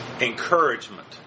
Encouragement